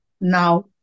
now